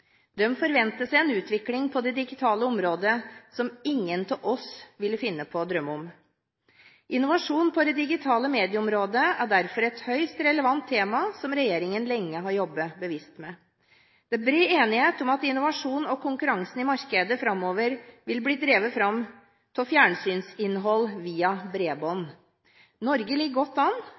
forventer seg en utvikling på det digitale området som ingen av oss ville finne på å drømme om. Innovasjonen på det digitale medieområdet er derfor et høyst relevant tema som regjeringen lenge har jobbet bevisst med. Det er bred enighet om at innovasjon og konkurransen i markedet framover vil bli drevet fram av fjernsynsinnhold via bredbånd. Norge ligger godt an,